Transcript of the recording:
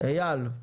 אייל.